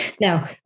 now